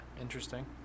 Interesting